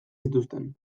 zituzten